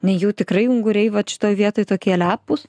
nejau tikrai unguriai vat šitoj vietoj tokie lepūs